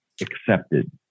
accepted